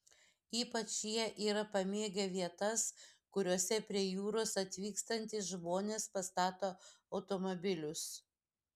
ypač jie yra pamėgę vietas kuriose prie jūros atvykstantys žmones pastato automobilius